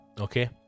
okay